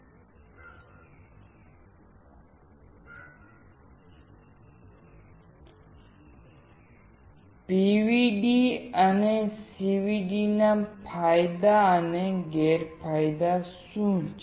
PVD પર CVD ના ફાયદા અને ગેરફાયદા શું છે